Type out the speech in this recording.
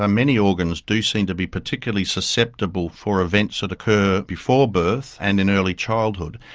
ah many organs do seem to be particularly susceptible for events that occur before birth and in early childhood,